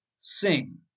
sing